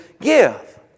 give